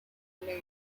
new